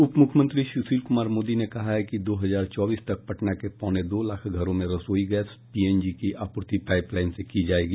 उप मुख्यमंत्री सुशील कुमार मोदी ने कहा है कि दो हजार चौबीस तक पटना के पौने दो लाख घरों में रसोई गैस पीएनजी की आपूर्ति पाईपलाईन से की जायेगी